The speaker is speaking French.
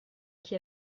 qui